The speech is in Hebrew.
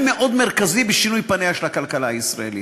מאוד מרכזי בשינוי פניה של הכלכלה הישראלית.